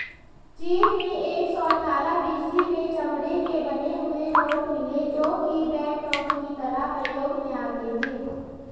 चीन में एक सौ अठ्ठारह बी.सी में चमड़े के बने हुए नोट मिले है जो की बैंकनोट की तरह प्रयोग में आते थे